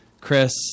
Chris